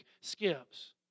skips